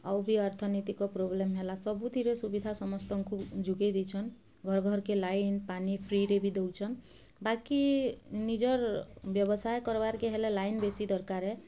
ଆଉ ବି ଅର୍ଥନୀତିକ ପ୍ରୋବ୍ଲେମ୍ ହେଲା ସବୁଥିରେ ସୁବିଧା ସମସ୍ତଙ୍କୁ ଯୋଗାଇ ଦେଇଛନ୍ ଘର ଘରକେ ଲାଇନ୍ ପାନି ଫ୍ରିରେ ବି ଦେଉଛନ୍ ବାକି ନିଜର ବ୍ୟବସାୟ କରବାକେ ହେଲେ ଲାଇନ୍ ବେଶୀ ଦରକାର